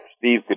Steve